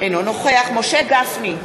אינו נוכח משה גפני,